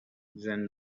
then